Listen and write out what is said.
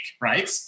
right